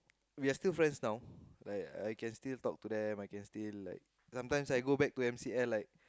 we are still friends now like I can still talk to them I can still like sometimes I go back to M_C_L like